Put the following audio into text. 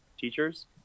teachers